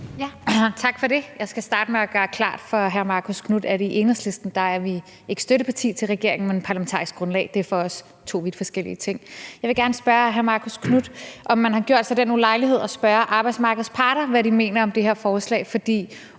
Tak for det. Jeg skal starte med at gøre det klart for hr. Marcus Knuth, at i Enhedslisten er vi ikke støtteparti til regeringen, men parlamentarisk grundlag – det er for os to vidt forskellige ting. Jeg vil gerne spørge hr. Marcus Knuth, om han har gjort sig den ulejlighed at spørge arbejdsmarkedets parter, hvad de mener om det her forslag. For